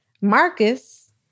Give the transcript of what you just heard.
Marcus